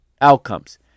outcomes